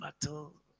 battle